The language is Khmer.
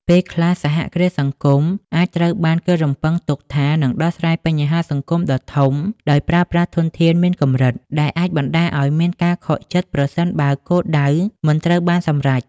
ពេលខ្លះ សហគ្រាសសង្គមអាចត្រូវបានគេរំពឹងទុកថានឹងដោះស្រាយបញ្ហាសង្គមដ៏ធំដោយប្រើប្រាស់ធនធានមានកម្រិត ដែលអាចបណ្តាលឲ្យមានការខកចិត្តប្រសិនបើគោលដៅមិនត្រូវបានសម្រេច។